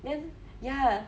then ya